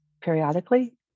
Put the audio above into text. periodically